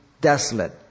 desolate